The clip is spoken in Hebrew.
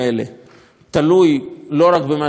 לא תלוי רק במה שאנחנו נעשה,